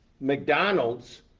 McDonald's